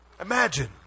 Imagine